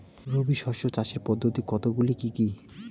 রবি শস্য চাষের পদ্ধতি কতগুলি কি কি?